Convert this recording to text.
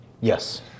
Yes